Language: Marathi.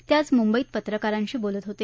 ते आज मुंबईत पत्रकारांशी बोलत होते